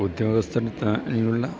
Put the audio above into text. ഉദ്യോഗസ്ഥൻ ഉള്ള